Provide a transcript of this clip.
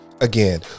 Again